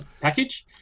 package